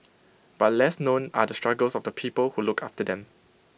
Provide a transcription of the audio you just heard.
but less known are the struggles of the people who look after them